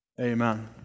Amen